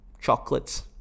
chocolates